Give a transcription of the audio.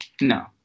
No